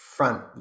Front